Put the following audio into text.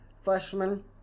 freshman